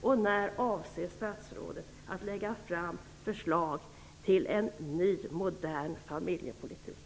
Och när avser statsrådet att lägga fram förslag till en ny, modern familjepolitik?